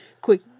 quick